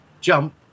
jump